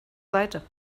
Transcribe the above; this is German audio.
seite